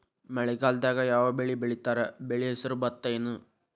ಮಳೆಗಾಲದಾಗ್ ಯಾವ್ ಬೆಳಿ ಬೆಳಿತಾರ, ಬೆಳಿ ಹೆಸರು ಭತ್ತ ಏನ್?